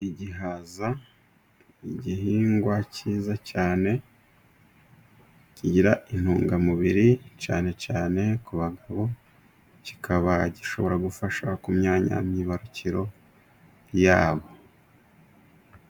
Igihaza igihingwa cyiza cyane kigira intungamubiri cyane cyane ku bagabo, kikaba gishobora gufasha ku myanya myibarukiro yabo.